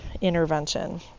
intervention